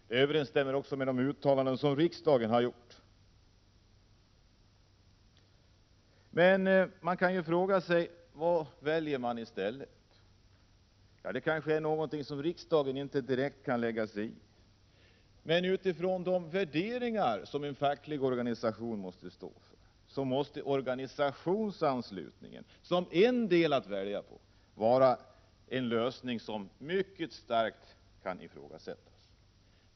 Det överensstämmer också med de uttalanden som riksdagen har gjort. Man kan då fråga sig vad man väljer i stället. Det kanske är någonting som riksdagen inte direkt kan lägga sig i. Men utifrån de värderingar som en facklig organisation måste stå för, måste organisationsanslutningen som ett alternativ att välja på vara en lösning som mycket starkt kan ifrågasättas.